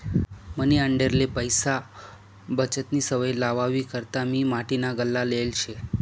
मनी आंडेरले पैसा बचतनी सवय लावावी करता मी माटीना गल्ला लेयेल शे